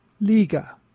Liga